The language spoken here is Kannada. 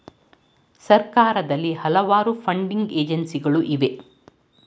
ಸರ್ಕಾರದಲ್ಲಿ ಹಲವಾರು ಫಂಡಿಂಗ್ ಏಜೆನ್ಸಿಗಳು ಇವೆ